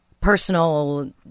personal